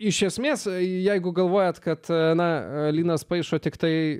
iš esmės jeigu galvojate kad na linas paišo tiktai